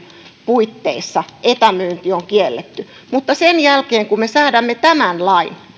puitteissa etämyynti on kielletty mutta sen jälkeen kun me säädämme tämän lain